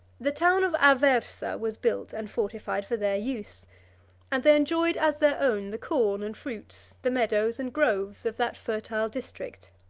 the town of aversa was built and fortified for their use and they enjoyed as their own the corn and fruits, the meadows and groves, of that fertile district.